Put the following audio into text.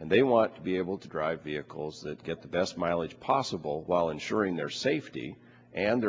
and they want to be able to drive vehicles that get the best mileage possible while ensuring their safety and